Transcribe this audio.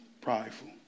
prideful